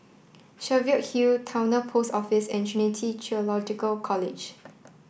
Cheviot Hill Towner Post Office and Trinity Theological College